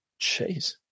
Jeez